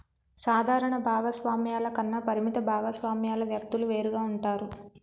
సాధారణ భాగస్వామ్యాల కన్నా పరిమిత భాగస్వామ్యాల వ్యక్తులు వేరుగా ఉంటారు